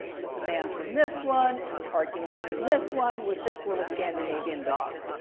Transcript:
with the man from this one, and the parking lot from this one, with this little scandinavian dog.